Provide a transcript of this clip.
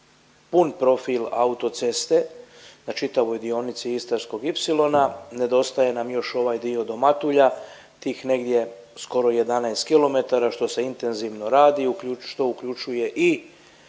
pun profil autoceste na čitavoj dionici Istarskog ipsilona. Nedostaje nam još ovaj dio do Matulja, tih negdje skoro 11 km što se intenzivno radi što uključuje i